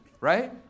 right